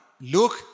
look